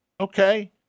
okay